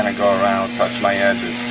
go around, touch my and